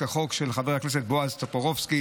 את החוק של חבר הכנסת בועז טופורובסקי,